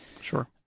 Sure